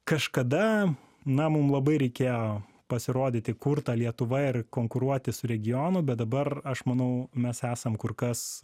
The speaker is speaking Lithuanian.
kažkada na mum labai reikėjo pasirodyti kur ta lietuva ir konkuruoti su regionu bet dabar aš manau mes esam kur kas